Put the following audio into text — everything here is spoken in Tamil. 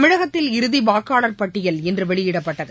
தமிழகத்தில் இறுதி வாக்காளர் பட்டியல் இன்று வெளியிடப்பட்டது